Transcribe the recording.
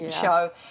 show